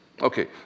Okay